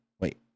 Wait